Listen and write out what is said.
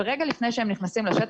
ורגע לפני שהם נכנסים לשטח,